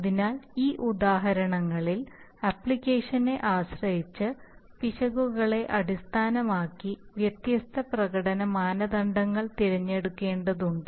അതിനാൽ ഈ ഉദാഹരണങ്ങളിൽ ആപ്ലിക്കേഷനെ ആശ്രയിച്ച് പിശകുകളെ അടിസ്ഥാനമാക്കി വ്യത്യസ്ത പ്രകടന മാനദണ്ഡങ്ങൾ തിരഞ്ഞെടുക്കേണ്ടതുണ്ട്